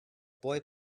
boy